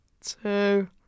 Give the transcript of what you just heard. Two